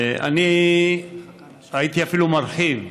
אני הייתי אפילו מרחיב,